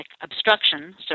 obstruction